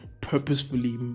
purposefully